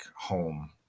home